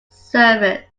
surface